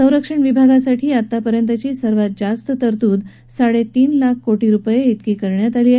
संरक्षण विभागासाठी आतापर्यंतची सर्वात जास्त तरतूद साडेतीन लाख कोटी रुपये इतकी करण्यात आली आहे